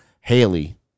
Haley